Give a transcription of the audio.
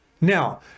Now